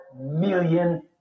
million